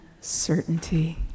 certainty